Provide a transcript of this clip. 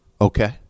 okay